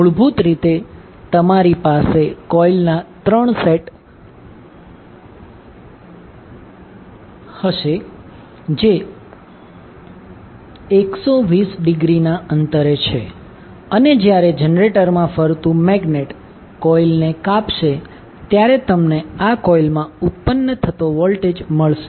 મૂળભૂત રીતે તમારી પાસે કોઇલના 3 સેટ હશે જે 120 ડિગ્રી ના અંતરે છે અને જ્યારે જનરેટરમાં ફરતું મેગ્નેટ કોઇલને કાપશે ત્યારે તમને આ કોઇલમાં ઉત્પન્ન થતો વોલ્ટેજ મળશે